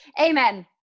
Amen